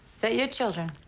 that your children?